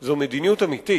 זה מדיניות אמיתית,